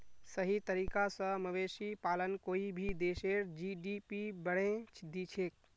सही तरीका स मवेशी पालन कोई भी देशेर जी.डी.पी बढ़ैं दिछेक